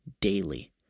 daily